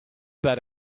bad